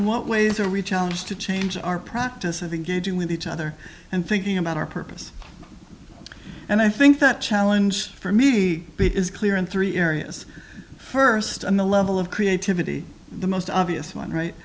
what ways are recharged to change our practice of engaging with each other and thinking about our purpose and i think that challenge for me he is clear in three areas first on the level of creativity the most obvious one right